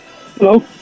Hello